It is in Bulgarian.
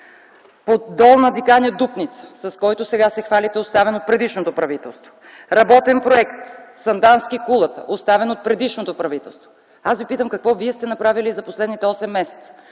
Долна Диканя–Дупница, с който сега се хвалите, оставен от предишното правителство; работен проект Сандански-Кулата, оставен от предишното правителство. Аз Ви питам: какво вие сте направили за последните осем месеца?